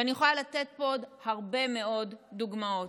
ואני יכולה לתת פה עוד הרבה מאוד דוגמאות.